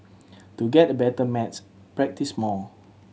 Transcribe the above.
to get better at maths practise more